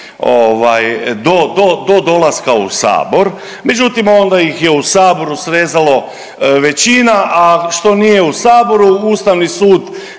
do dolaska u Sabor. Međutim, onda ih je u Saboru srezalo većina, a što nije u Saboru Ustavni sud